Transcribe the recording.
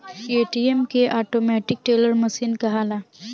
ATM के automatic teller machine कहाला